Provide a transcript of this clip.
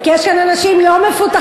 כי יש כאן אנשים לא מפותחים,